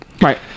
Right